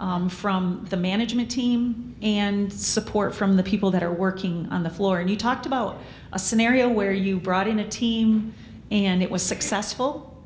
n from the management team and support from the people that are working on the floor and you talked about a scenario where you brought in a team and it was successful